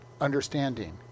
understanding